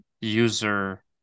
user